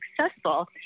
successful